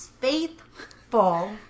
faithful